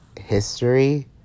history